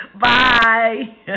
Bye